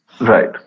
Right